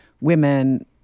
women